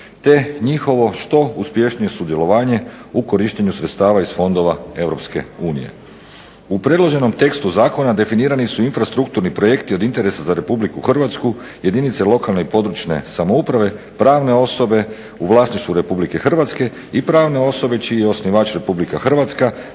te njihovo što uspješnije sudjelovanje u korištenju sredstava iz fondova Europske unije. U predloženom tekstu zakona definirani su infrastrukturni projekti od interesa za Republiku Hrvatsku, jedinice lokalne i područne samouprave, pravne osobe u vlasništvu Republike Hrvatske i pravne osobe čiji je osnivač Republika Hrvatska